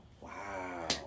wow